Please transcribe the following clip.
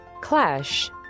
Clash